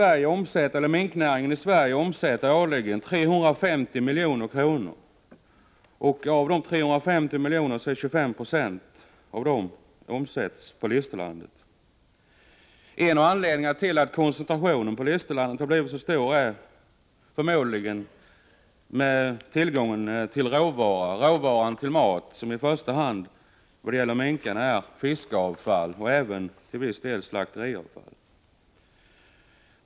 Minknäringen i Sverige omsätter årligen 350 milj.kr. Av dessa 350 miljoner omsätts 25 2 på Listerlandet. En av anledningarna till att koncentrationen till Listerlandet blivit så stor är förmodligen tillgången till råvara för foder, som i första hand är fiskavfall och till viss del slakteriavfall.